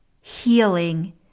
healing